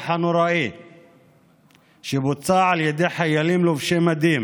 הנוראי שבוצע על ידי חיילים לובשי מדים